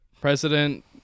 president